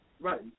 Right